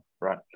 right